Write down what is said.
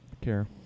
care